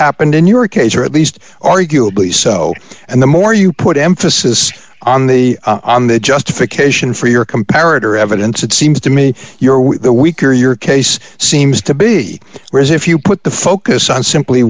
happened in your case or at least arguably so and the more you put emphasis on the on the justification for your comparative evidence it seems to me you're with the weaker your case seems to be whereas if you put the focus on simply